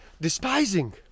despising